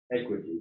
equity